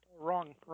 Wrong